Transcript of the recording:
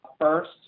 first